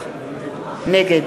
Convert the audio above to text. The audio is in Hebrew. נגד